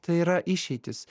tai yra išeitys